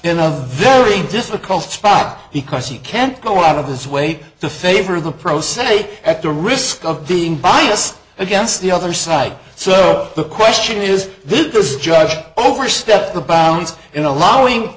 in a very difficult spot because he can't go out of his way to favor the pro se at the risk of being biased against the other side so the question is this judge overstepped the bounds in allowing